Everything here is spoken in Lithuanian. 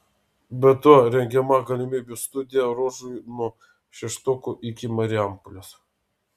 be to rengiama galimybių studija ruožui nuo šeštokų iki marijampolės